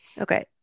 Okay